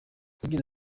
yagize